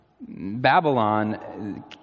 Babylon